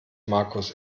markus